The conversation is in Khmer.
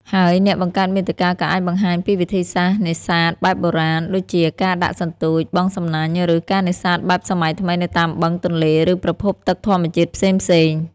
ហើយអ្នកបង្កើតមាតិកាក៏អាចបង្ហាញពីវិធីសាស្រ្តនេសាទបែបបុរាណ ដូចជាការដាក់សន្ទូច បង់សំណាញ់ ឬ ការនេសាទបែបសម័យថ្មីនៅតាមបឹង ទន្លេ ឬប្រភពទឹកធម្មជាតិផ្សេងៗ។